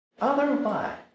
Otherwise